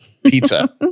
pizza